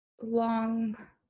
long